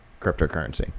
cryptocurrency